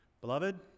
Beloved